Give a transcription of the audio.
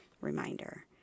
reminder